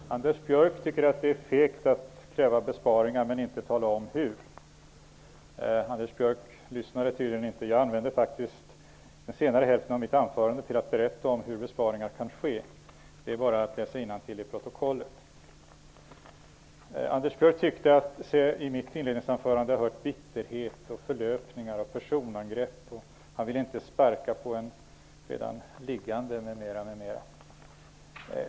Herr talman! Anders Björck tycker att det är fegt att kräva besparingar utan att tala om hur de skall göras. Anders Björck lyssnade tydligen inte -- jag använde faktiskt den senare hälften av mitt anförande till att berätta om hur besparingar kan göras. Det är bara att läsa innantill i protokollet. Anders Björck tyckte sig ha hört bitterhet, förlöpningar och personangrepp i mitt inledningsanförande. Han ville inte sparka på en liggande, sade han.